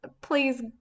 please